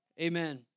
Amen